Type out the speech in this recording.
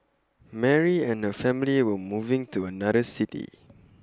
Mary and her family were moving to another city